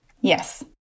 Yes